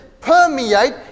permeate